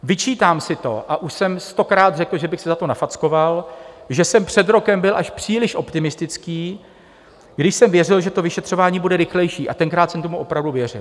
Vyčítám si to a už jsem stokrát řekl, že bych si za to nafackoval, že jsem před rokem byl až příliš optimistický, když jsem věřil, že to vyšetřování bude rychlejší, a tenkrát jsem tomu opravdu věřil.